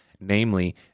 namely